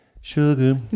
sugar